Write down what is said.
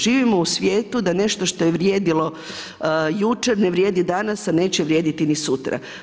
Živimo u svijetu da nešto što je vrijedilo jučer ne vrijedi danas, a neće vrijediti ni sutra.